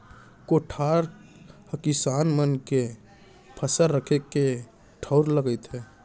कोठार हकिसान मन के फसल रखे के ठउर ल कथें